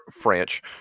French